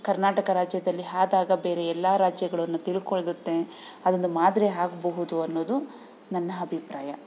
ಕರ್ನಾಟಕ ರಾಜ್ಯದಲ್ಲಿ ಆದಾಗ ಬೇರೆ ಎಲ್ಲ ರಾಜ್ಯಗಳು ಅದನ್ನ ತಿಳ್ಕೊಳ್ಳುತ್ತೆ ಅದೊಂದು ಮಾದರಿ ಆಗ್ಬಹುದು ಅನ್ನೋದು ನನ್ನ ಅಭಿಪ್ರಾಯ